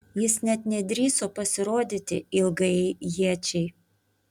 jis net nedrįso pasirodyti ilgajai iečiai